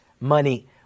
money